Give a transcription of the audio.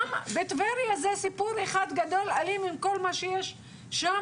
בטבריה זה סיפור גדול, אלים עם כל מה שיש שם.